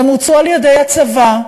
הן הוצעו על-ידי הצבא.